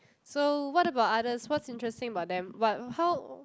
so what about others what's interesting about them what how